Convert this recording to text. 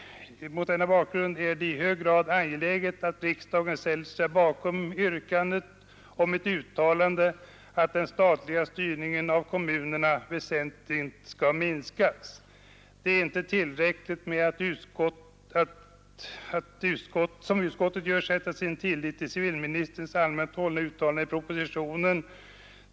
Mot denna bakgrund är det i hög grad angeläget att riksdagen ställer sig bakom yrkandet om ett uttalande, att den statliga styrningen av kommunerna väsentligt skall minskas. Det är inte tillräckligt att, som utskottet gör, sätta sin tillit till civilministerns allmänt hållna uttalanden i propositionen.